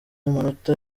amanota